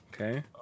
Okay